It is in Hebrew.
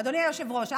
אדוני היושב-ראש,